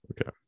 Okay